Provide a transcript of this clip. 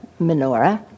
menorah